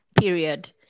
Period